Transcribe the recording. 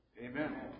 Amen